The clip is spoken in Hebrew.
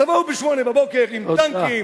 תבואו ב-08:00 עם טנקים,